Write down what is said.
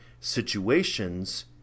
situations